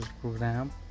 program